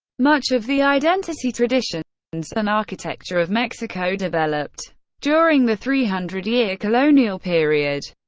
much of the identity, traditions and and architecture of mexico developed during the three hundred year colonial period.